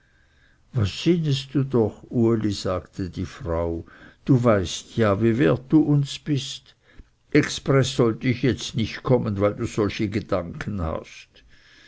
was sinnest doch uli sagte die frau du weißt ja wie wert du uns bist expreß sollte ich jetzt nicht kommen weil du solche gedanken hast